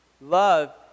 Love